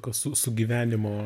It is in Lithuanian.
kas su sugyvenimo